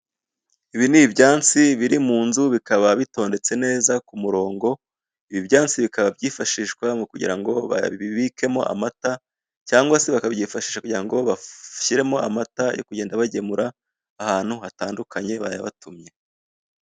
Ibi ni ibyansi biri mu nzu, bikaba bitondetse neza, ku murongo, ibi byansi bakaba byifashishwa mu kugira ngo babibikemo amata, cyagwa se bakabyifashisha kugira ngo bashyiremo amata yo kugenda bagemura ahantu hatandukanye bayabatumye.